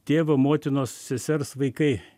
tėvo motinos sesers vaikai